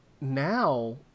now